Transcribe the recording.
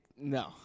no